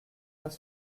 pas